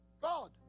God